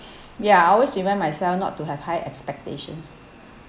ya I always remind myself not to have high expectations